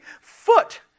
foot